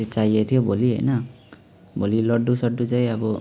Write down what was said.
त्यो चाहिएको थियो भोलि होइन भोलि लड्डु सड्डु चाहिँ अब